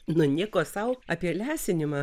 na nieko sau apie lesinimą